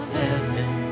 heaven